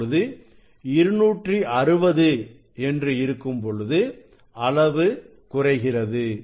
இப்பொழுது 260 என்று இருக்கும்பொழுது அளவு குறைகிறது